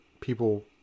people